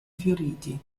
fioriti